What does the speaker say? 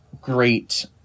great